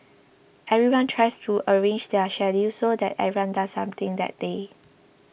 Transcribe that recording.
everyone tries to arrange their schedules so that everyone does something that day